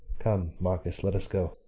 come, marcus, let us go.